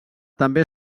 també